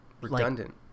redundant